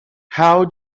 how